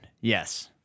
Yes